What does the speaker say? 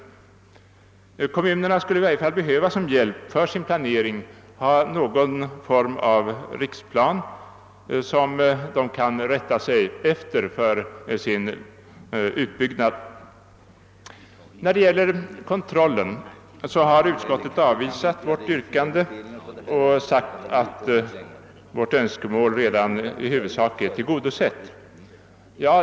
Kommunerna skulle i varje fall som hjälp för sin planering behöva ha någon form av riksplan som de kan rätta sig efter för sin utbyggnad. När det gäller kontrollen har utskottet avstyrkt vårt yrkande och uttalat att vårt önskemål redan i huvudsak är tillgodosett.